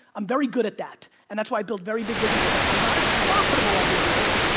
i'm very good at that, and that's why i build very big businesses. i'm not as profitable every year,